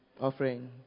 offering